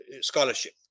scholarship